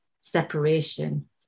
separation